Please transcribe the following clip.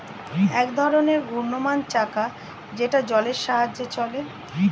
এক ধরনের ঘূর্ণায়মান চাকা যেটা জলের সাহায্যে চলে